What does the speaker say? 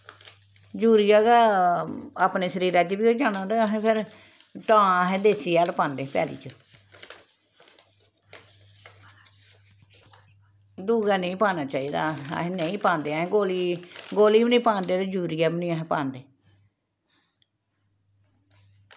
urea गै अपने शरीरै च बी होई जाना ते फिर तां अहें देसी हैल पांदे पैली च दूआ नी पाना चाहिदा अहें नेईं पांदे अहें गोली गोली बी नी पांदे ते यूरिया बी नी अहें पांदे